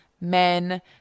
men